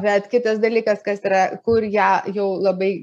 bet kitas dalykas kas yra kur ją jau labai